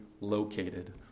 located